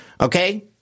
okay